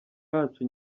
yacu